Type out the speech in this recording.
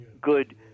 good